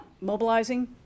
mobilizing